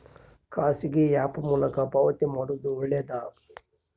ಖಾಸಗಿ ಆ್ಯಪ್ ಮೂಲಕ ಪಾವತಿ ಮಾಡೋದು ಒಳ್ಳೆದಾ?